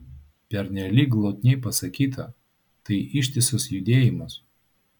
pernelyg glotniai pasakyta tai ištisas judėjimas